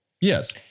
Yes